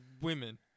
women